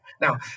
Now